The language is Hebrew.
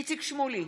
איציק שמולי,